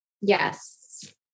Yes